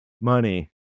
money